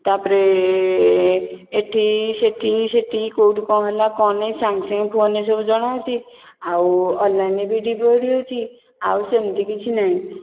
ତା'ପରେ ଏଇଠି ସେଠି ସେଠି କେଉଁଠି କ'ଣ ହେଲା କ'ଣ ନାଇଁ ସଙ୍ଗେସଙ୍ଗେ ଫୋନ୍ରେ ସବୁ ଜଣାଉଛି ଆଉ ଅନଲାଇନ୍ରେ ବି ଡିପୋଜିଟ୍ ହେଉଛି ଆଉ ସେମିତି କିଛି ନାଇଁ